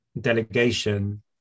delegation